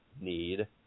need